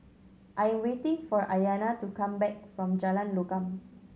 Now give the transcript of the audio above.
I am waiting for Ayanna to come back from Jalan Lokam